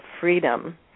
freedom